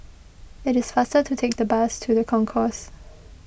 it is faster to take the bus to the Concourse